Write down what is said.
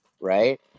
right